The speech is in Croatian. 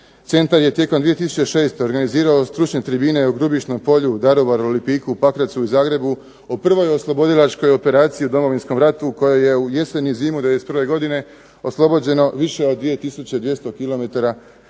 centar je tijekom 2006. organizira stručne tribine u Grubišnom polju, Daruvaru, Lipiku, Pakracu i Zagrebu o prvoj oslobodilačkoj operaciji u Domovinskom ratu kojom je u jesen i zimu '91. oslobođeno više od 2200 km